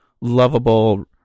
lovable